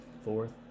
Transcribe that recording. fourth